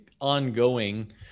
ongoing